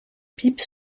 pipe